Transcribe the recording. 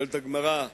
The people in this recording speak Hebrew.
שואלת הגמרא: